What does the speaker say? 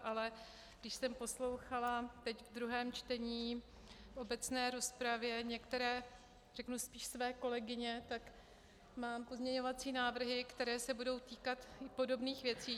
Ale když jsem poslouchala teď ve druhém čtení v obecné rozpravě některé spíš své kolegyně, tak mám pozměňovací návrhy, které se budou týkat podobných věcí.